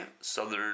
Southern